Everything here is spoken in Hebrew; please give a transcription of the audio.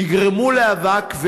הם יגרמו לאבק,